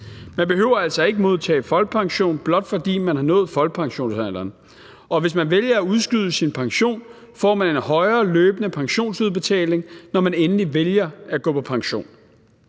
Man behøver altså ikke at modtage folkepension, blot fordi man har nået folkepensionsalderen. Og hvis man vælger at udskyde sin pension, får man en højere løbende pensionsudbetaling, når man endelig vælger at gå på pension.